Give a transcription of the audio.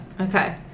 okay